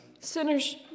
Sinners